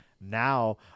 Now